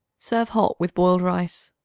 serve hot with boiled rice.